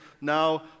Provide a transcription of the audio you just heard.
now